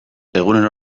egunero